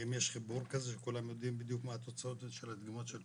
האם יש חיבור כזה שכולם יודעים בדיוק מה התוצאות של הדגימות של כולם?